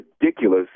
ridiculous